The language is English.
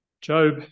Job